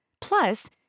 Plus